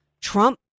Trump